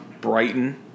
Brighton